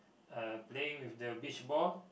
uh playing with the beachball